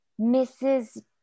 Mrs